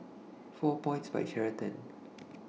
four Points By Sheraton